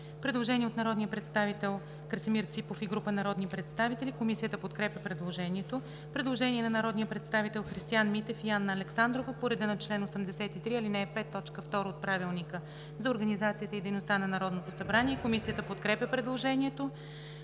предложение от народния представител Красимир Ципов и група народни представители. Комисията подкрепя предложението. Предложение на народния представител Христиан Митев и Анна Александрова по реда на чл. 83, ал. 5, т. 2 от Правилника за организацията и дейността на Народното събрание. Комисията подкрепя предложението.